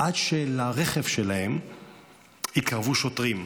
עד שלרכב שלהם התקרבו שוטרים.